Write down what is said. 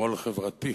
שמאל חברתי.